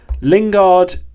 Lingard